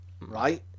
right